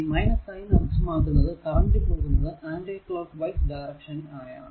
ഈ സൈൻ അർത്ഥമാക്കുന്നത് കറന്റ് പോകുന്നത് ആന്റി ക്ലോക്ക് വൈസ് ആയാണ്